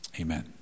Amen